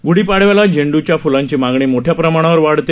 गुढीपाडव्याला झेंडुच्या फ़लांची मागणी मोठ्या प्रमाणात वाढते